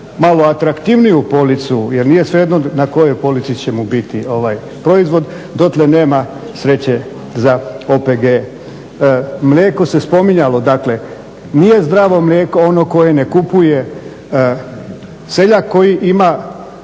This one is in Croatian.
malo atraktivniju policu jer nije svejedno na kojoj polici će mu biti proizvod dotle nema sreće za OPG. Mlijeko se spominjalo, dakle nije zdravo mlijeko ono koje ne kupuje seljak koji ima,